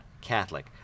Catholic